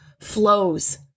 flows